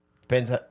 Depends